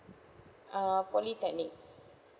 uh polytechnic